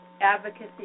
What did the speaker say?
Advocacy